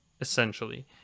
essentially